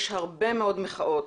יש הרבה מאוד מחאות.